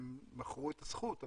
הם מכרו את הזכות,